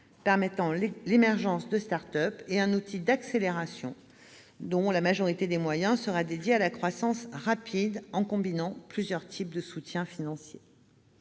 permettant l'émergence de start-up et un outil d'accélération dont la majorité des moyens sera dédiée à la croissance rapide, en combinant plusieurs types de soutien financier.